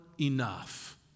enough